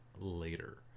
later